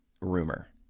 rumor